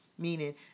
Meaning